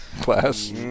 class